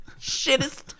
Shittest